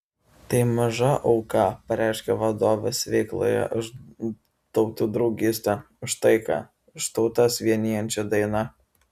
tai maža auka pareiškė vadovas veikloje už tautų draugystę už taiką už tautas vienijančią dainą